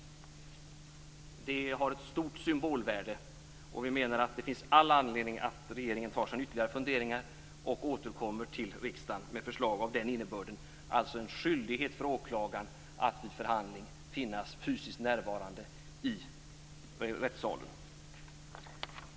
Det har ett stort symbolvärde. Vi menar att det finns all anledning för regeringen att ta sig ytterligare en funderare och återkomma till riksdagen med förslag av nämnda innebörd. Det skall alltså vara en skyldighet för åklagaren att vid förhandling finnas fysiskt närvarande i rättssalen.